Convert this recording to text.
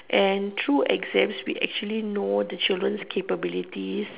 and through exams we actually know the children's capabilities